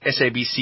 SABC